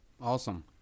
Awesome